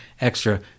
extra